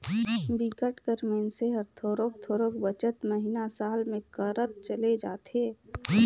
बिकट कर मइनसे हर थोरोक थोरोक बचत महिना, साल में करत चले जाथे